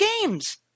games